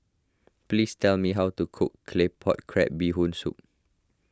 please tell me how to cook Claypot Crab Bee Hoon Soup